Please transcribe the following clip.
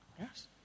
Yes